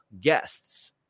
guests